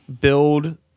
build